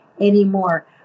anymore